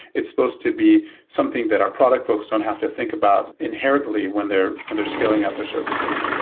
it's supposed to be something that our product folks don't have to think about inherently when they're when they're scaling up their services.